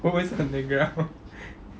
holes on the ground